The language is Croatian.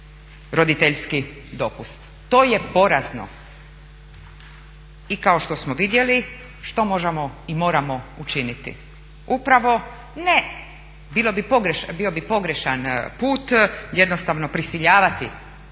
roditeljski dopust. To je porazno. I kao što smo vidjeli što možemo i moramo učiniti? Upravo, bio bi pogrešan put jednostavno prisiljavati